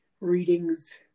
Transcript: readings